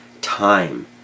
time